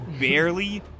barely